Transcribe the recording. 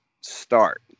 start